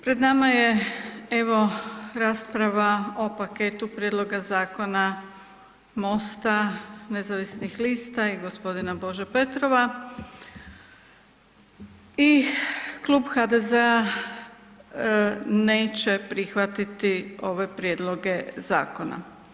Pred nama je evo rasprava o paketu prijedloga zakona MOST-a nezavisnih lista i g. Bože Petrova i Klub HDZ-a neće prihvatiti ove prijedloge zakona.